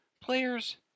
players